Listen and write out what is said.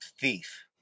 thief